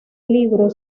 libro